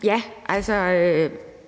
fordi